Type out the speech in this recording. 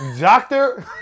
doctor